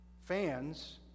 Fans